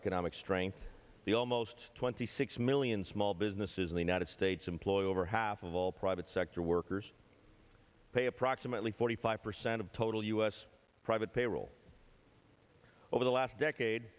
economic strength the almost twenty six million small businesses in the united states employ over half of all private sector workers pay approximately forty five percent of total u s private payroll over the last decade